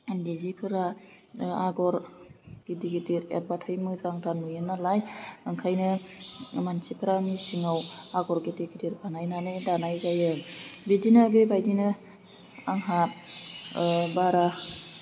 इन्दि जिफोरा आग'र गिदिर गिदिर एरबाथाय मोजांथार नुयो नालाय ओंखायनो मानसिफोरा मेसिनाव आग'र गिदिर गिदिर बानायनानै दानाय जायो बिदिनो बेबायदिनो आंहा बारा